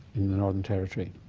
in the northern territory.